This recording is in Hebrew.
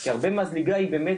כי הרבה מהזליגה היא באמת,